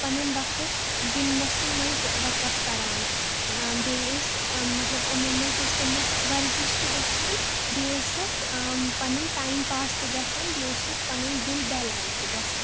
پَنُن وقت گِنٛدنَسٕے منٛز وقَف کَران بیٚیہِ ٲسۍ مطلب یِمو منٛزٕ ٲسۍ تِمَن وَرزِش تہِ گَژھان بیٚیہِ ٲسِکھ پَنُن ٹایم پاس تہِ گَژھان بیٚیہِ اوسُکھ پَنُن دِل بہلایی تہِ گژھان